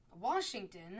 Washington